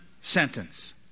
sentence